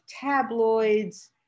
tabloids